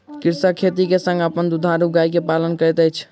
कृषक खेती के संग अपन दुधारू गाय के पालन करैत अछि